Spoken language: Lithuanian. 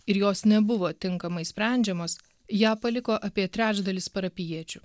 ir jos nebuvo tinkamai sprendžiamos ją paliko apie trečdalis parapijiečių